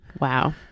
Wow